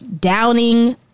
downing